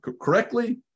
correctly